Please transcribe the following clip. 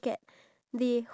iya